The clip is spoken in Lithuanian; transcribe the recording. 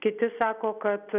kiti sako kad